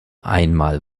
einmal